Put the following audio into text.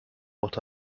what